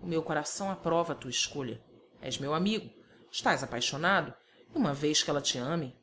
o meu coração aprova a tua escolha és meu amigo estás apaixonado e uma vez que ela te ame